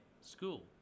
school